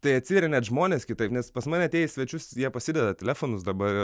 tai atsiveria net žmonės kitaip nes pas mane atėję į svečius jie pasideda telefonus dabar